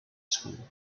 school